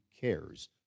cares